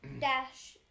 Dash